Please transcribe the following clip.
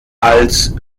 als